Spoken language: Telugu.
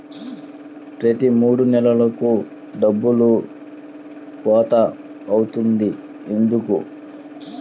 ప్రతి మూడు నెలలకు డబ్బులు కోత అవుతుంది ఎందుకు?